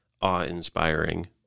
awe-inspiring